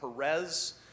Perez